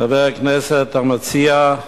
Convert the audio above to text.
חבר הכנסת המציע,